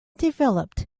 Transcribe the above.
developed